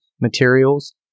materials